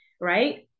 right